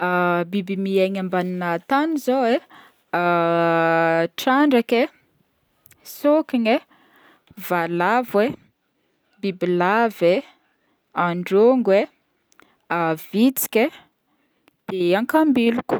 Biby miaigny ambanina tagny zao e: trandraka e, sôkigny e, valavo e, bibilava e, androngo, a vitsika e, de ankambiloko.